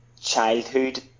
childhood